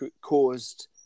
caused